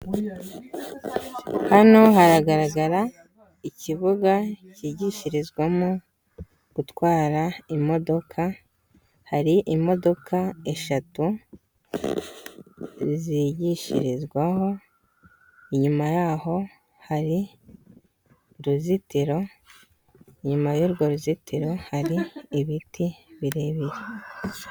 Hano haragaragara ikibuga cyigishirizwamo gutwara imodoka, hari imodoka eshatu zigishirizwaho inyuma yaho hari uruzitiro inyuma y'urwo ruzitiro hari ibiti birebire.